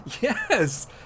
Yes